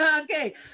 Okay